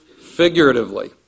figuratively